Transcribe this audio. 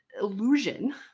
illusion